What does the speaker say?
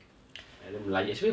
haven't melayu semua melayu silat